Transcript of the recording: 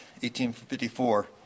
1854